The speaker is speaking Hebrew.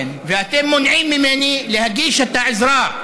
ואתם מונעים ממני להגיש את העזרה.